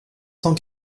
cent